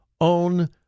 own